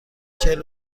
چهل